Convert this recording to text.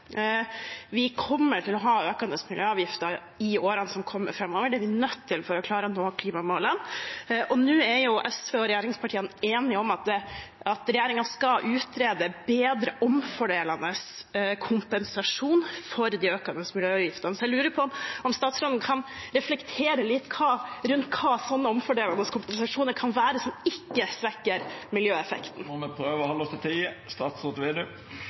Vi kommer til å ha økende miljøavgifter i årene som kommer. Det er vi nødt til for å klare å nå klimamålene. Nå er SV og regjeringspartiene enige om at regjeringen skal utrede bedre omfordelende kompensasjon for de økende miljøavgiftene. Jeg lurer på om statsråden kan reflektere litt rundt hva sånne omfordelende kompensasjoner kan være, som ikke svekker miljøeffekten. Me må prøva å halda oss til